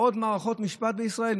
עוד מערכות משפט בישראל?